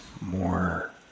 more